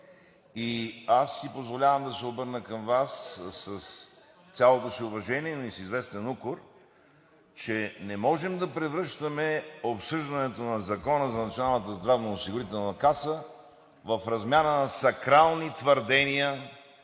Аз си позволявам да се обърна към Вас с цялото си уважение, но и с известен укор, че не можем да превръщаме обсъждането на Закона за Националната здравноосигурителна каса в размяна на сакрални твърдения,